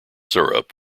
syrup